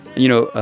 you know,